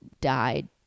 died